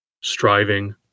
striving